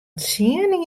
tsien